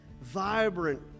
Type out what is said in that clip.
vibrant